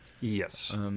Yes